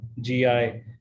GI